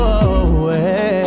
away